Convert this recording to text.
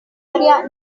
área